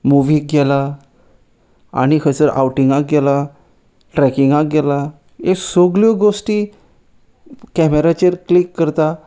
मुवीक गेला आनी खंयसर आवटींगाक गेला ट्रेकिंगाक गेला ह्यो सगल्यो गोश्टी कॅमेराचेर क्लीक करता